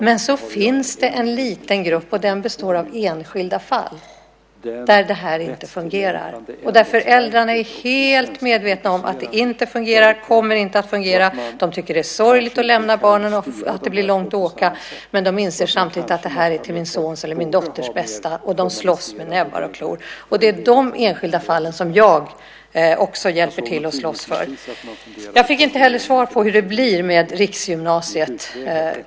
Men det finns en liten grupp som består av enskilda fall där det inte fungerar. Föräldrarna är helt medvetna om att det inte fungerar och inte kommer att fungera. De tycker att det är sorgligt att lämna barnen och att det blir långt att åka. Men de inser samtidigt: Det här är till min sons eller min dotters bästa, och de slåss med näbbar och klor. Det är de enskilda fallen som jag också hjälper till att slåss för. Jag fick heller inte svar på hur det blir med riksgymnasiet.